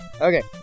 Okay